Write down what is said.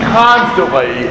constantly